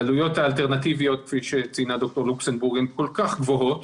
העלויות האלטרנטיביות כפי שציינה דוקטור לוקסנבורג הן כל כך גבוהות,